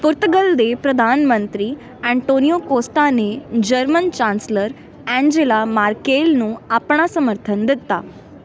ਪੁਰਤਗਾਲ ਦੇ ਪ੍ਰਧਾਨ ਮੰਤਰੀ ਐਂਟੋਨੀਓ ਕੋਸਟਾ ਨੇ ਜਰਮਨ ਚਾਂਸਲਰ ਐਂਜੇਲਾ ਮਾਰਕੇਲ ਨੂੰ ਆਪਣਾ ਸਮਰਥਨ ਦਿੱਤਾ